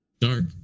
dark